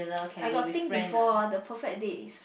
I got think before ah the perfect date is